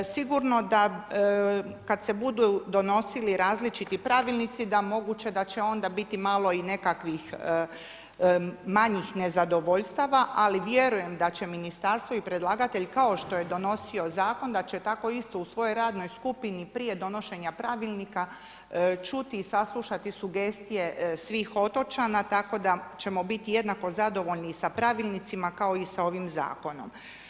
Sigurno da kada se budu donosili različiti pravilnici da moguće da će onda biti malo i nekakvih manjih nezadovoljstava ali vjerujem da će ministarstvo i predlagatelj kao što je donosio zakon da će tako isto u svojoj radnoj skupini prije donošenja pravilnika čuti i saslušati sugestije svih otočana tako da ćemo biti jednako zadovoljni sa pravilnicima kao i sa ovim zakonom.